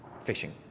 fishing